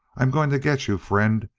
i'm going to get you, friend,